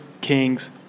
Kings